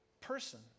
person